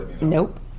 nope